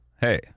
hey